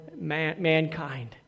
mankind